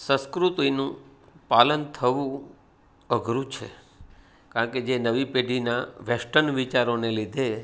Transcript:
સંસ્કૃતિનું પાલન થવું અઘરું છે કારણ કે જે નવી પેઢીના વેસ્ટર્ન વિચારોને લીધે